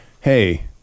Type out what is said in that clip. hey